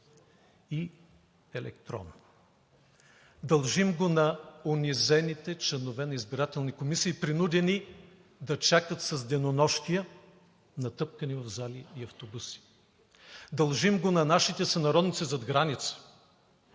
и електронно. Дължим го на унизените членове на избирателни комисии, принудени да чакат с денонощия, натъпкани в зали и автобуси. Дължим го на нашите сънародници зад граница,